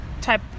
type